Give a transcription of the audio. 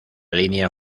línea